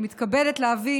אני מתכבדת להביא